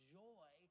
joy